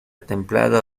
templada